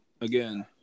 again